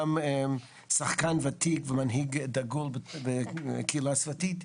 גם שחקן ותיק ומנהיג דגול בקהילה הסביבתית,